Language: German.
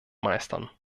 meistern